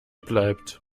bleibt